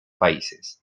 países